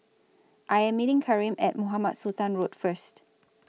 I Am meeting Karim At Mohamed Sultan Road First